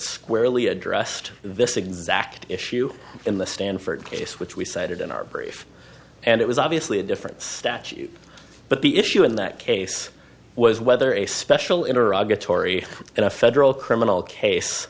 squarely addressed this exact issue in the stanford case which we cited in our brief and it was obviously a difference statute but the issue in that case was whether a special interrupt atory in a federal criminal case